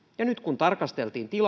ja nyt kun tarkasteltiin tilannetta